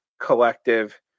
collective